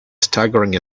staggering